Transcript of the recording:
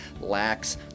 lacks